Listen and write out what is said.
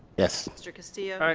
yes. mr. castillo? aye.